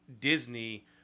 Disney